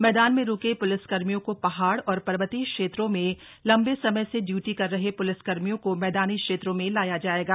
मैदान में रुके प्लिसकर्मियों को पहाड़ और पर्वतीय क्षेत्रों में लंबे समय से इयूटी कर रहे प्लिस कर्मियों को मैदानी क्षेत्रों में लाया जाएगा